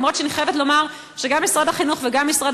אף שאני חייבת לומר שגם משרד החינוך וגם משרד